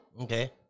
Okay